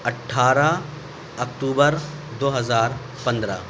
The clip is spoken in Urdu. اٹھارہ اکتوبر دو ہزار پندرہ